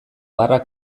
barra